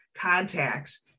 contacts